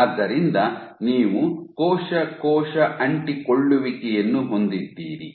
ಆದ್ದರಿಂದ ನೀವು ಕೋಶ ಕೋಶ ಅಂಟಿಕೊಳ್ಳುವಿಕೆಯನ್ನು ಹೊಂದಿದ್ದೀರಿ